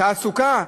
תעסוקה,